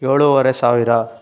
ಏಳೂವರೆ ಸಾವಿರ